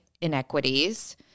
inequities